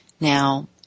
Now